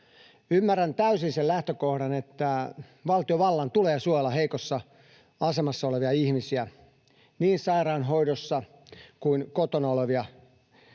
Ymmärrän täysin sen lähtökohdan, että valtiovallan tulee suojella heikossa asemassa olevia ihmisiä, niin sairaanhoidossa kuin kotona olevia iäkkäitä